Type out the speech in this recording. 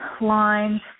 lines